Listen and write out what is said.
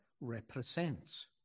represents